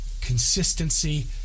consistency